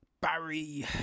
Barry